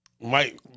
Mike